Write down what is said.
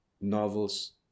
Novels